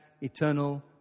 eternal